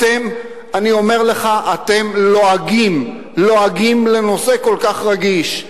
אתם לועגים לנושא כל כך רגיש.